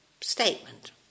statement